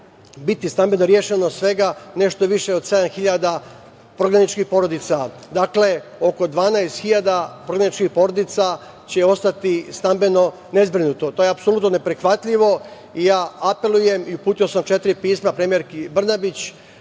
biti stambeno rešeno svega nešto više od 7.000 prognanih porodica. Dakle, oko 12.000 prognanih porodica će ostati stambeno nezbrinuto. To je apsolutno neprihvatljivo i ja apelujem, i uputio sam četiri pisma premijerki Brbanić,